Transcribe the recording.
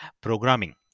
programming